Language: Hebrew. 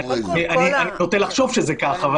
אני נוטה לחשוב שזה כך.